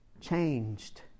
changed